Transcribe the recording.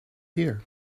here